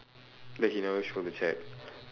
that he never show the chat